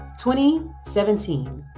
2017